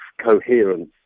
coherence